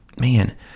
man